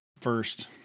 first